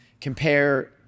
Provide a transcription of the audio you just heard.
compare